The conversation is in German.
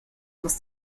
musst